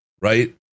right